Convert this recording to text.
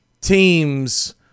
teams